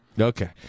Okay